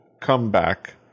comeback